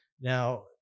Now